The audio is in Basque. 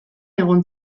egon